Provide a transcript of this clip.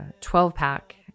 12-pack